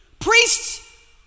Priests